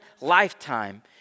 lifetime